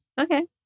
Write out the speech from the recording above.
Okay